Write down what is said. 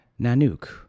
Nanook